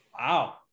Wow